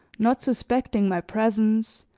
not suspecting my presence,